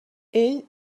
ell